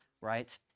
right